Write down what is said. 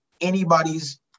anybody's